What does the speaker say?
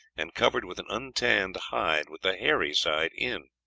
and covered with an untanned hide with the hairy side in.